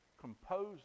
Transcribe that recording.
compose